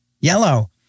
yellow